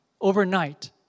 overnight